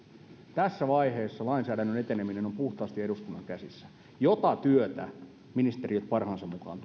tässä vaiheessa lainsäädännön eteneminen on puhtaasti eduskunnan käsissä ja tätä työtä ministeriöt parhaansa mukaan